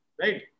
right